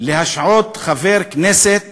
להשעות חבר כנסת